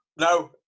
No